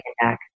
back